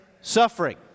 suffering